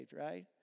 right